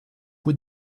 with